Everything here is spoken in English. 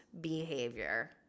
behavior